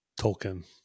Tolkien